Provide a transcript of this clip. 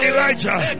Elijah